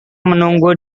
menunggu